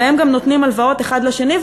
והם גם נותנים הלוואות אחד לשני,